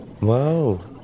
Wow